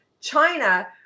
China